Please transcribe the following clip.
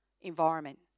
environment